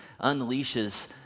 unleashes